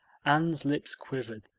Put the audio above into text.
anne's lips quivered,